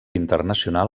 internacional